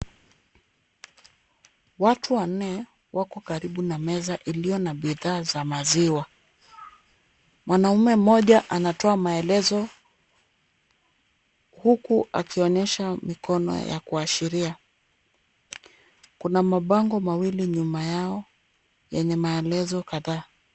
Watu wanne wako karibu na meza iliyo na bidhaa za maziwa. Mwanaume mmoja anatoa maelezo huku akionyesha mikono ya kuashiria. Kuna mabango mawili nyuma yao yenye maelezo kadhaa.